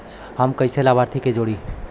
हम कइसे लाभार्थी के जोड़ी?